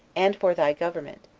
and for thy government,